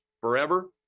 forever